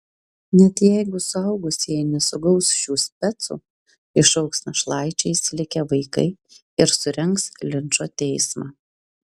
net jeigu suaugusieji nesugaus šių specų išaugs našlaičiais likę vaikai ir surengs linčo teismą